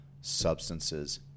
Substances